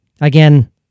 again